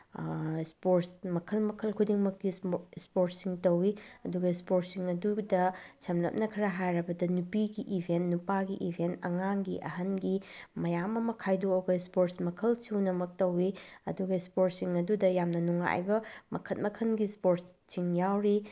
sports ꯃꯈꯜ ꯃꯈꯜ ꯈꯨꯗꯤꯡꯃꯛꯀꯤ ꯏꯁꯄꯣꯔꯠꯁꯤꯡ ꯇꯧꯋꯤ ꯑꯗꯨꯒ ꯏꯁꯄꯣꯔꯠꯁꯤꯡ ꯑꯗꯨꯗ ꯁꯝꯂꯞꯅ ꯈꯔ ꯍꯥꯏꯔꯕꯗ ꯅꯨꯄꯤꯒꯤ ꯏꯚꯦꯟ ꯅꯨꯄꯥꯒꯤ ꯏꯚꯦꯟ ꯑꯉꯥꯡꯒꯤ ꯑꯍꯟꯒꯤ ꯃꯌꯥꯝ ꯑꯃ ꯈꯥꯏꯗꯣꯛꯑꯒ ꯏꯁꯄꯣꯔꯠꯁ ꯃꯈꯜ ꯁꯨꯅꯃꯛ ꯇꯧꯋꯤ ꯑꯗꯨꯒ ꯏꯁꯄꯣꯔꯠꯁꯤꯡ ꯑꯗꯨꯗ ꯌꯥꯝꯅ ꯅꯨꯡꯉꯥꯏꯕ ꯃꯈꯟ ꯃꯈꯟꯒꯤ ꯏꯁꯄꯣꯔꯠꯁꯤꯡ ꯌꯥꯎꯔꯤ